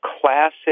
classic